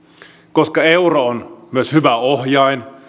koska euro on myös hyvä ohjain